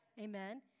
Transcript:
Amen